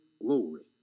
glory